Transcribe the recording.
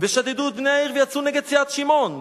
ושדדו את בני העיר ויצאו נגד סיעת שמעון,